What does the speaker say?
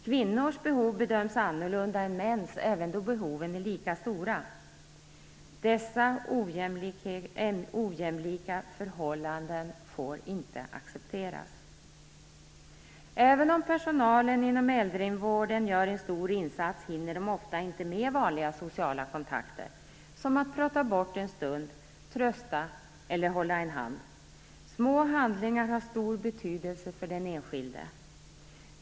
Kvinnors behov bedöms annorlunda än mäns, även då behoven är lika stora. Dessa ojämlika förhållanden får inte accepteras. Även om personalen inom äldrevården gör en stor insats hinner man ofta inte med vanliga sociala kontakter som att prata bort en stund, trösta eller hålla en hand. Små handlingar har stor betydelse för den enskilde.